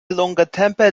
longatempe